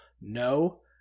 no